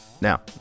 now